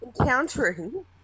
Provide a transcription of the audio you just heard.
encountering